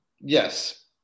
Yes